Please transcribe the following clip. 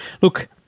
look